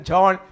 John